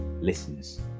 listeners